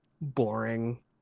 boring